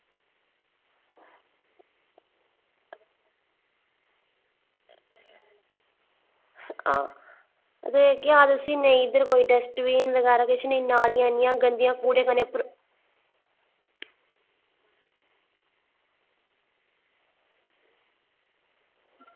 ते केह् आक्खदे उसी नेईं इद्धर कोई डस्टबिन बगैरा इद्धर कोई नालियां इन्नियां गंदियां कूड़े कन्नै भरोची